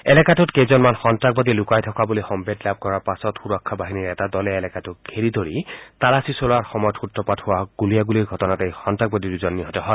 এলেকাটোত কেইজনমান সন্নাসবাদী লুকাই থকা বুলি সম্ভেদ লাভ কৰাৰ পাছত সুৰক্ষা বাহিনীৰ এটা দলে এলেকাটো ঘেৰি ধৰি তালাচী চলোৱাৰ সময়ত সূত্ৰপাত হোৱা গুলীয়াগুলীৰ ঘটনাত এই সন্ত্ৰাসবাদী দুজন নিহত হয়